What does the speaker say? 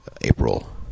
April